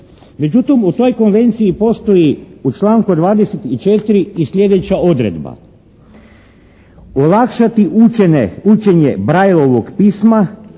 Međutim u toj konvenciji postoji u članku 24. i sljedeća odredba: